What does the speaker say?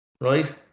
right